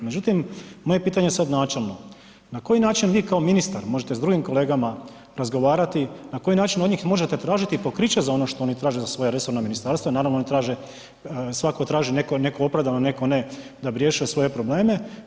Međutim, moje pitanje sad načelno, na koji način vi kao ministar možete sa drugim kolegama razgovarati, na koji način od njih možete tražiti pokriće za ono što oni traže za svoja resorna ministarstva i naravno oni traže, svatko traži, netko opravdano, netko ne, da bi riješio svoje probleme.